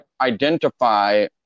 identify